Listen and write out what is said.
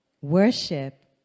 Worship